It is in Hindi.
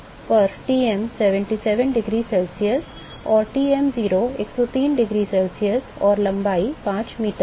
तब L पर Tm 77 डिग्री C और Tm0 103 डिग्री C और लंबाई 5 मीटर है